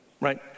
right